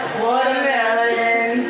watermelon